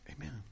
Amen